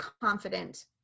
confident